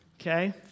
Okay